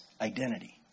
identity